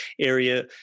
area